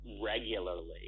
regularly